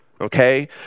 okay